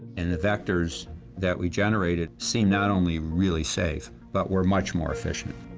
and the vectors that we generated seem not only really safe but were much more efficient.